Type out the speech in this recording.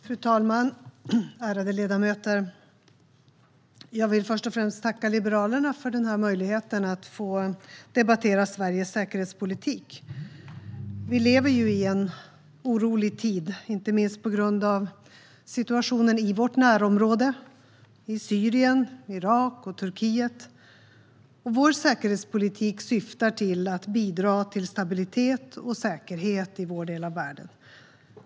Fru talman! Ärade ledamöter! Jag vill först och främst tacka Liberalerna för den här möjligheten att debattera Sveriges säkerhetspolitik. Vi lever ju i en orolig tid, inte minst på grund av situationen i vårt närområde, i Syrien, i Irak och i Turkiet. Vår säkerhetspolitik syftar till att bidra till stabilitet och säkerhet i vår del av världen.